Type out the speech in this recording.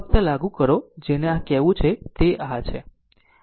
આમ ફક્ત લાગુ કરો જેને આ કહેવું છે તે આ છે